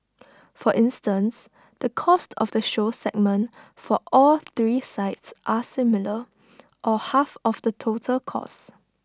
for instance the cost of the show segment for all three sites are similar or half of the total costs